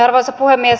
arvoisa puhemies